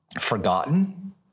forgotten